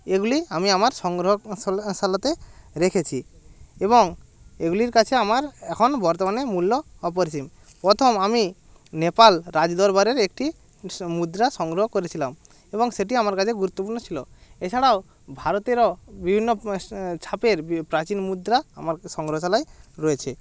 এগুলি আমি আমার সংগ্রহ শালাতে রেখেছি এবং এগুলির কাছে আমার এখন বর্তমানে মূল্য অপরিসীম প্রথম আমি নেপাল রাজদরবারের একটি সং মুদ্রা সংগ্রহ করেছিলাম এবং সেটি আমার কাছে গুরুত্বপূর্ণ ছিল এছাড়াও ভারতেরও বিভিন্ন ছাপের বি প্রাচীন মুদ্রা আমার সংগ্রহশালায় রয়েছে